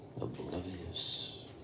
oblivious